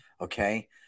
Okay